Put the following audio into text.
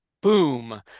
boom